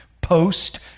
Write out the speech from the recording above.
Post